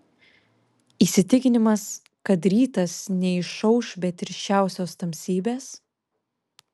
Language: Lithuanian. įsitikinimas kad rytas neišauš be tirščiausios tamsybės